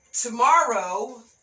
tomorrow